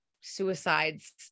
suicides